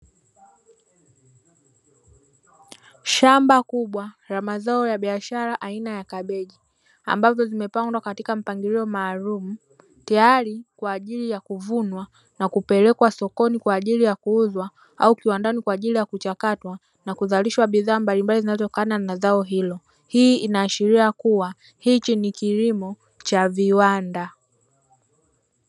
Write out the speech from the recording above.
Shamba kubwa la mazao ya biashara aina ya kabeji, ambazo zimepandwa katika mpangilio maalumu tayari kwajili ya kuvunwa na kupelekwa sokoni kwajili ya kuuzwa au kiwandani kwajili ya kuchakatwa na kuzalishwa bidhaa mbalimbali zinazotokana na zao hilo, hii inashiria kuwa hichi ni kilimo cha viwanda.